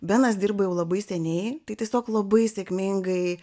benas dirba jau labai seniai tai tiesiog labai sėkmingai